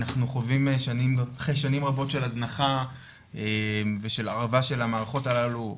אנחנו חווים אחרי שנים רבות של הזנחה ושל הרעבה של המערכות הללו.